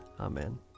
Amen